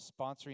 Sponsoring